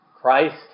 Christ